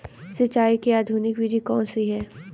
सिंचाई की आधुनिक विधि कौन सी है?